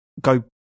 go